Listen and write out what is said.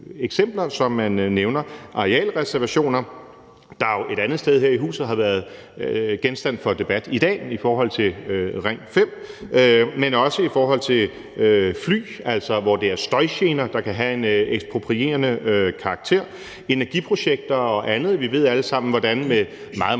Det gælder arealreservationer, der jo et andet sted her i huset har været genstand for debat i dag i forhold til Ring 5. Det er også i forhold til fly, hvor det altså er støjgener, der kan have en eksproprierede karakter. Det er energiprojekter og andet. Vi ved alle sammen, hvordan meget, meget